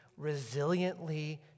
resiliently